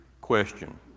question